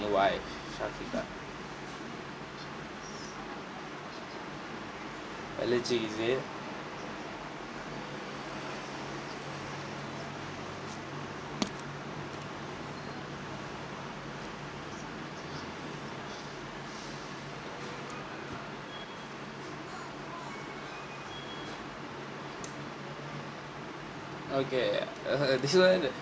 the why shafiqah allergy is it okay this one